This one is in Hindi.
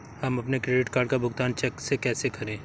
हम अपने क्रेडिट कार्ड का भुगतान चेक से कैसे करें?